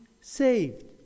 saved